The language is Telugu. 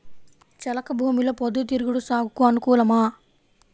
చెలక భూమిలో పొద్దు తిరుగుడు సాగుకు అనుకూలమా?